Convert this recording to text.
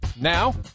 Now